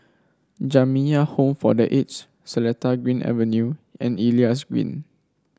Jamiyah Home for The Aged Seletar Green Avenue and Elias Green